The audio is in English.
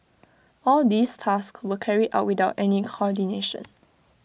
all these tasks were carried out without any coordination